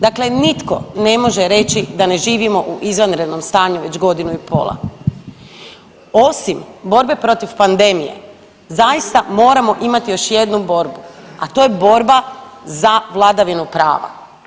Dakle, nitko ne može reći da ne živimo u izvanrednom stanju već godinu i pola, osim borbe protiv pandemije zaista moramo imati još jednu borbu, a to je borba za vladavinu prava.